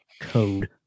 code